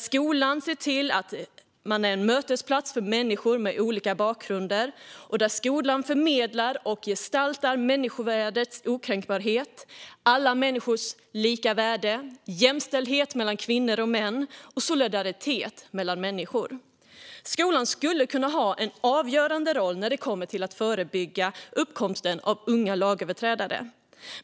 Skolan är en mötesplats för människor med olika bakgrunder och förmedlar och gestaltar människovärdets okränkbarhet, alla människors lika värde, jämställdhet mellan kvinnor och män och solidaritet mellan människor. Skolan skulle kunna ha en avgörande roll när det gäller att förebygga uppkomsten av unga lagöverträdare.